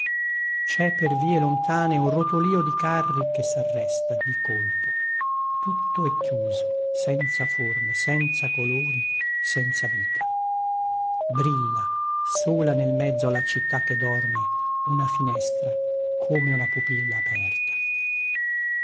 cè per vie lontane un rotolìo di carri che sarresta di colpo tutto è chiuso senza forme senza colori senza vita brilla sola nel mezzo alla città che dorme una finestra come una pupilla aperta